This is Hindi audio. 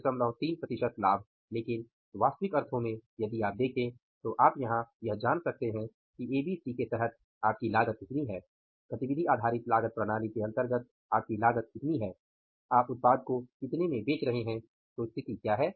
333 प्रतिशत लाभ लेकिन वास्तविक अर्थों में यदि आप देखें तो आप यहाँ यह जान सकते हैं कि एबीसी के तहत आपकी लागत इतनी है आप उत्पाद को इतने में बेच रहे हैं तो स्थिति क्या है